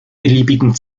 beliebigen